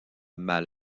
mal